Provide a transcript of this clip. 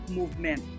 movement